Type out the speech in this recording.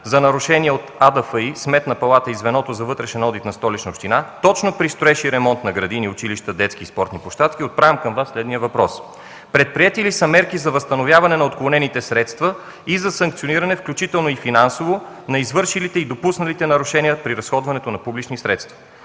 за нарушение от АДФИ, Сметната палата и Звеното за вътрешен одит на Столичната община, точно при строеж и ремонт на градини, училища, детски и спортни площадки, отправям към Вас следния въпрос: предприети ли са мерки за възстановяване на отклонените средства и за санкциониране, включително и финансово, на извършилите и допусналите нарушение при разходване на публични средства?